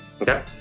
Okay